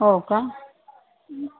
हो का